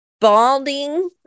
balding